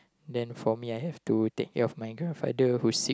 then for me I have to take care of my grandfather who's sick